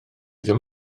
ddim